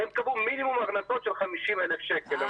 כי הם קבעו מינימום הכנסות של 50,000 שקל.